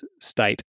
state